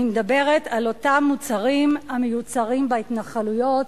אני מדברת על אותם מוצרים המיוצרים בהתנחלויות,